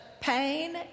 pain